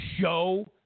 show